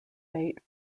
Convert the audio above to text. bait